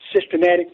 systematic